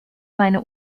meine